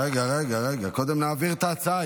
רגע, קודם נעביר את ההצעה.